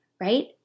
right